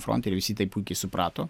fronte ir visi tai puikiai suprato